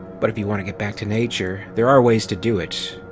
but if you want to get back to nature. there are ways to do it.